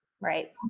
Right